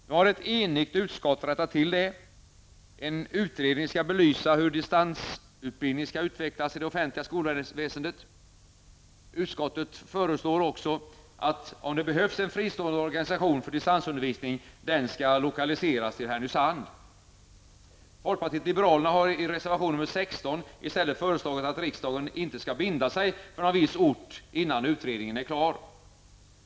Nu har ett enigt utskott rättat till det. En utredning skall belysa hur distansutbildning skall utvecklas i det offentliga skolväsendet. Utskottet föreslår också att, om det behövs en fristående organisation för distansundervisning skall den lokaliseras till Härnösand. Folkpartiet liberalerna har i reservation nr 16 i stället föreslagit att riksdagen inte skall binda sig för någon viss ort innan utredningen är klart.